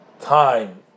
time